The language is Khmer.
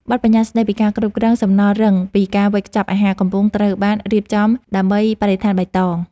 បទប្បញ្ញត្តិស្ដីពីការគ្រប់គ្រងសំណល់រឹងពីការវេចខ្ចប់អាហារកំពុងត្រូវបានរៀបចំដើម្បីបរិស្ថានបៃតង។